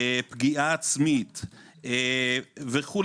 פגיעה עצמית וכו'.